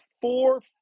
four